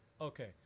Okay